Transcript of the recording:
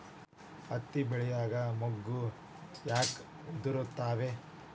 ಹತ್ತಿ ಬೆಳಿಯಾಗ ಮೊಗ್ಗು ಯಾಕ್ ಉದುರುತಾವ್?